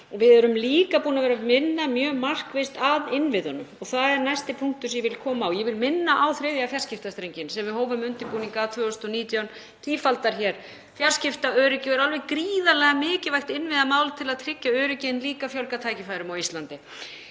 við erum líka búin að vera að vinna mjög markvisst að innviðunum sem er næsti punktur sem ég vil koma að. Ég vil minna á þriðja fjarskiptastrenginn sem við hófum undirbúning að 2019, hann tífaldar hér fjarskiptaöryggi og er alveg gríðarlega mikilvægt innviðamál til að tryggja öryggi en líka fjölga tækifærum á Íslandi.